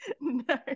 No